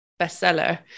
bestseller